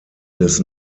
des